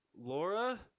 Laura